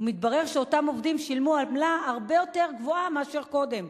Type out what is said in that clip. ומתברר שאותם עובדים שילמו עמלה הרבה יותר גבוהה מאשר קודם.